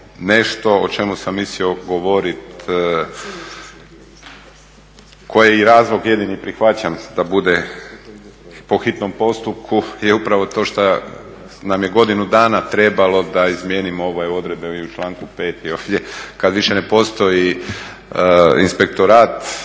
nešto o čemu sam mislio govoriti, koji razlog jedini prihvaćam da bude po hitnom postupku je upravo to što nam je godinu dana trebalo da izmijenimo ove odredbe u članku 5. i ovdje kad više ne postoji inspektorat,